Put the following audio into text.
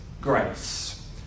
grace